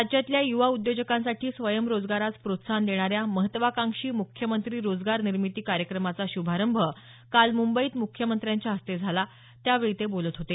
राज्यातल्या युवा उद्योजकांसाठी स्वयंरोजगारास प्रोत्साहन देणाऱ्या महत्वाकांक्षी मुख्यमंत्री रोजगार निर्मिती कार्यक्रमाचा शुभारंभ काल मुंबईत मुख्यमंत्र्यांच्या हस्ते झाला त्यावेळी ते बोलत होते